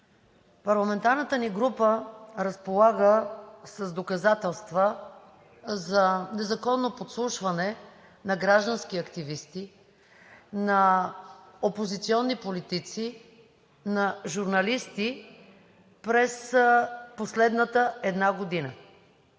Парламентарната ни група разполага с доказателства за незаконно подслушване на граждански активисти, на опозиционни политици, на журналисти през последната една година.